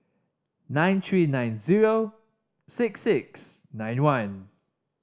nine three nine zero six six nine one